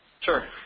Sure